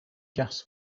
gas